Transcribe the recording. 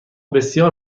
بسیار